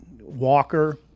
Walker